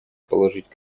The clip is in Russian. положить